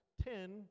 Ten